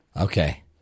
Okay